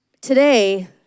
today